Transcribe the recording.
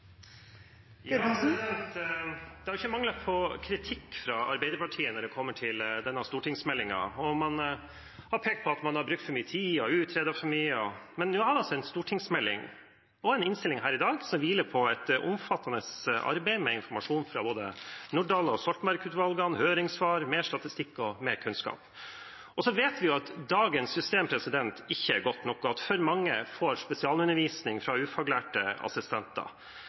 Ja. Representanten Torstein Tvedt Solberg har tatt opp de forslagene han refererte til. Det blir replikkordskifte. Det har ikke manglet på kritikk fra Arbeiderpartiet når det gjelder denne stortingsmeldingen, og man har pekt på at man har brukt for mye tid og utredet for mye. Men nå har vi altså en stortingsmelding og en innstilling her i dag som hviler på et omfattende arbeid, med informasjon fra både Nordahl-utvalget og Stoltenberg-utvalget, høringssvar, mer statistikk og mer kunnskap. Så vet vi at dagens system ikke er godt nok, og at for mange får spesialundervisning fra ufaglærte assistenter.